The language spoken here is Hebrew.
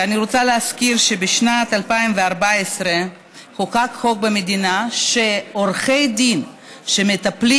ואני רוצה להזכיר שבשנת 2014 חוקק חוק במדינה שעורכי דין שמטפלים